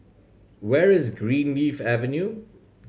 where is Greenleaf Avenue